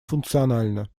функциональна